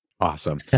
Awesome